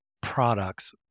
products